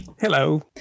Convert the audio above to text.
Hello